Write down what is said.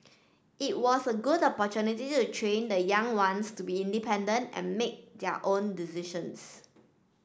it was a good opportunity to train the young ones to be independent and make their own decisions